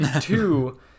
Two